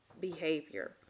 behavior